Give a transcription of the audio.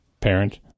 parent